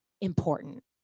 important